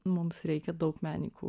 mums reikia daug menininkų